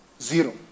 zero